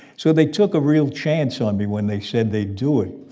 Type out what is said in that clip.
so they took a real chance on me when they said they'd do it.